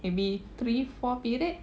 maybe three four periods